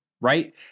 Right